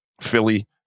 Philly